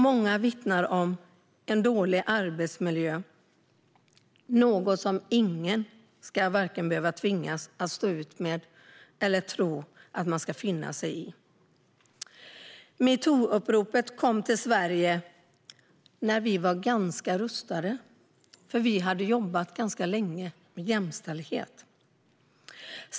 Många vittnar om en dålig arbetsmiljö, vilket är något som ingen ska tvingas att stå ut med eller tro att man ska behöva finna sig i. Metoo-uppropet kom till Sverige när vi var rustade, för vi hade jobbat ganska länge med jämställdhet.